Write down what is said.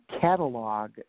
catalog